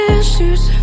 issues